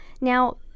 Now